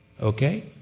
Okay